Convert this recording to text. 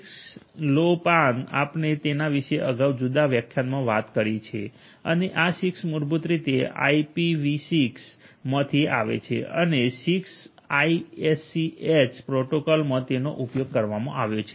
6 લો પન આપણે તેના વિશે અગાઉ જુદા વ્યાખ્યાનમાં વાત કરી છે અને આ 6 મૂળભૂત રીતે આઈપીવી6 માંથી આવે છે અને 6ટીઆઈએસસીએચ પ્રોટોકોલમાં તેનો ઉપયોગ કરવામાં આવ્યો છે